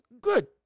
good